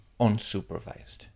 unsupervised